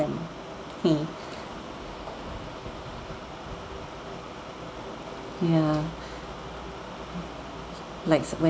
them yeah like when